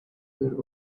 were